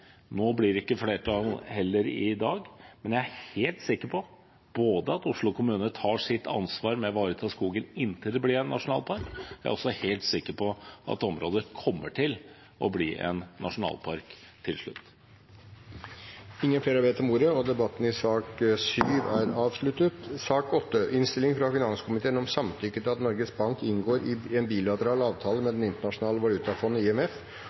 Nå blir det ikke flertall heller i dag, men jeg er helt sikker på at Oslo kommune tar sitt ansvar med hensyn til å ivareta skogen inntil det blir en nasjonalpark. Jeg er også helt sikker på at området kommer til å bli en nasjonalpark til slutt. Flere har ikke bedt om ordet til sak nr. 7. Ingen har bedt om ordet. Dette er